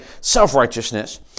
self-righteousness